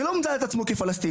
ולא מזהה את עצמו כפלסטיני,